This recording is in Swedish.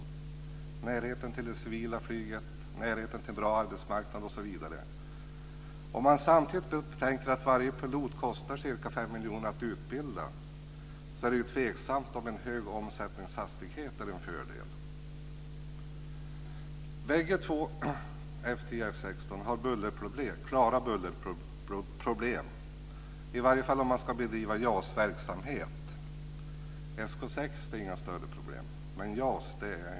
Där fanns närheten till det civila flyget, närheten till en bra arbetsmarknad osv. Om man samtidigt betänker att varje pilot kostar ca 5 miljoner att utbilda är det tveksamt om en hög omsättningshastighet är en fördel. Både F 10 och F 16 har klara bullerproblem, i varje fall om man ska bedriva JAS-verksamhet.